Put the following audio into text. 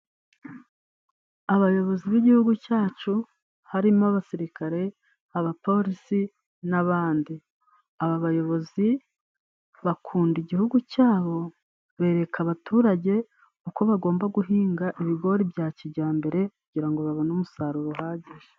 Abayobozi b'igihugu cyacu harimo abasirikare, abapolisi n'abandi. Aba bayobozi bakunda igihugu cyabo, bereka abaturage uko bagomba guhinga ibigori bya kijyambere, kugira ngo babone umusaruro uhagije.